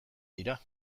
dira